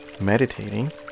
meditating